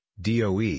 DOE